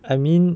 I mean